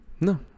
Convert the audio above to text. no